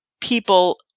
people